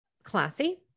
classy